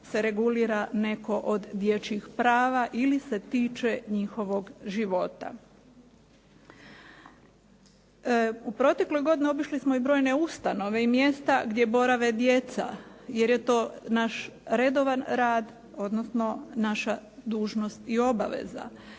se regulira neko od dječjih prava ili se tiče njihovog života. U protekloj godini obišli smo i brojne ustanove i mjesta gdje borave djeca, jer je to naš redovan rad, odnosno naša dužnost i obaveza.